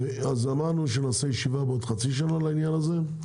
אמרנו שנעשה ישיבה בעוד חצי שנה בעניין הזה,